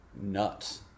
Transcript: nuts